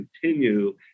continue